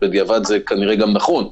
בדיעבד זה כנראה נכון,